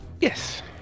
Yes